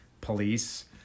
police